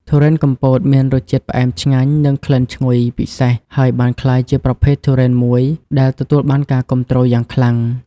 ទុរេនកំពតមានរសជាតិផ្អែមឆ្ងាញ់ និងក្លិនឈ្ងុយពិសេស ហើយបានក្លាយជាប្រភេទទុរេនមួយដែលទទួលបានការគាំទ្រយ៉ាងខ្លាំង។